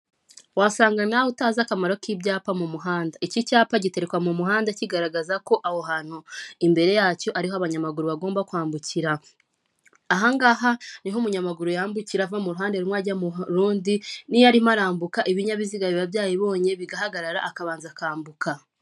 Wasanga nawe utazi akamaro k'ibyapa mu muhanda. Iki cyapa giterekwa mu muhanda kigaragaza ko aho hantu imbere yacyo ariho abanyamaguru bagomba kwambukira. Ahangaha niho umunyamaguru yambukira ava mu ruhande rumwe ajya murundi, n'iyo arimo arambuka ibinyabiziga biba byayibonye bigahagarara akabanza akambuka.